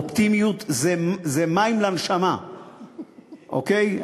אופטימיות זה מים לנשמה, אוקיי?